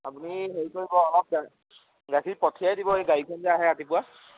আপুনি হেৰি কৰিব অলপ গা গাখীৰ পঠিয়াই দিব এই গাড়ীখন যে আহে ৰাতিপুৱা